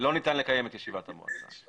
לא ניתן לקיים את ישיבת המועצה.